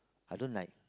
I don't like